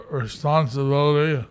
responsibility